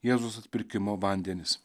jėzaus atpirkimo vandenis